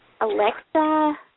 Alexa